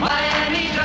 Miami